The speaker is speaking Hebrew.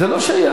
זה לא שייך.